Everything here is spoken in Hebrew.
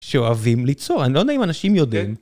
שאוהבים ליצור, אני לא יודע אם אנשים יודעים.